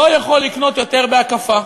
לא יכול לקנות יותר בהקפה,